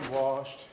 washed